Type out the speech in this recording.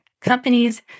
companies